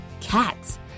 Cats –